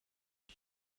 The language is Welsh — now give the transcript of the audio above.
mae